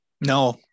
No